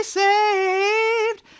saved